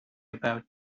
about